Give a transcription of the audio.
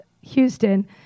Houston